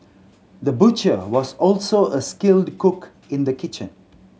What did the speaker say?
the butcher was also a skilled cook in the kitchen